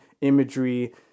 imagery